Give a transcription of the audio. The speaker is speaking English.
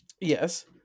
Yes